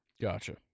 Gotcha